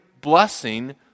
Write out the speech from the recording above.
blessing